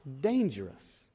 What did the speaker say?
dangerous